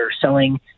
selling